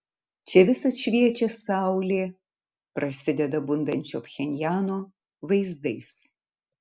čia visad šviečia saulė prasideda bundančio pchenjano vaizdais